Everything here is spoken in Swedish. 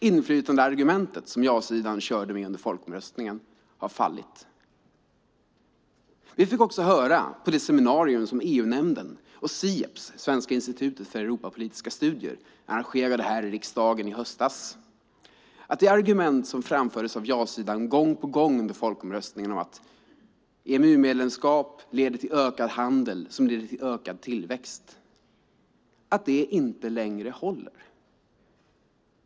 Inflytandeargumentet som ja-sidan körde med i samband med folkomröstningen har fallit. Vi fick också höra på det seminarium som EU-nämnden och Sieps, Svenska institutet för europapolitiska studier, arrangerade här i riksdagen i höstas att det argument som framfördes av ja-sidan gång på gång i samband med folkomröstningen om att EMU-medlemskap leder till ökad handel som leder till ökad tillväxt inte längre håller.